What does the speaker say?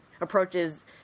approaches